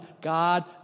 God